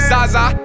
Zaza